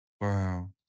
Wow